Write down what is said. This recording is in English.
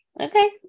Okay